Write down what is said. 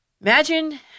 Imagine